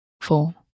four